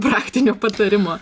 praktinių patarimų